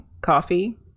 coffee